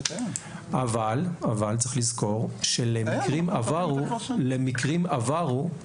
צריך לזכור שלמקרים עברו אנחנו